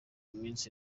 minsi